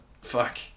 Fuck